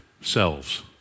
selves